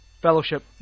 Fellowship